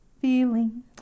feeling